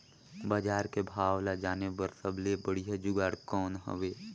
बजार के भाव ला जाने बार सबले बढ़िया जुगाड़ कौन हवय?